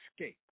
escape